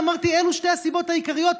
אמרתי: אלו שתי הסיבות העיקריות,